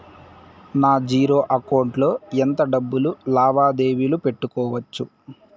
నా zero account లో ఎంత డబ్బులు లావాదేవీలు పెట్టుకోవచ్చు?